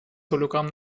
hologramm